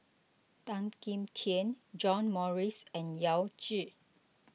Tan Kim Tian John Morrice and Yao Zi